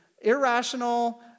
irrational